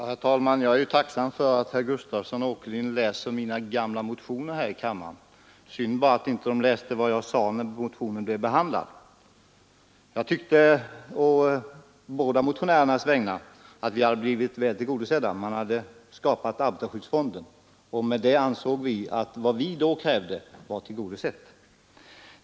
Herr talman! Jag är tacksam för att herr Gustavsson och herr Åkerlind läser mina gamla motioner här i riksdagen. Synd bara att de inte läste vad jag sade när motionen blev behandlad. Jag tyckte å båda motionärernas vägnar att vi hade blivit väl tillgodosedda. Man hade bla. skapat arbetarskyddsfonden, och med det ansåg vi att det vi då krävde var tillgodosett.